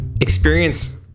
experience